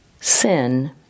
sin